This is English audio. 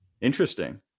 Interesting